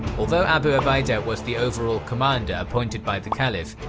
although abu ubaidah was the overall commander appointed by the caliph,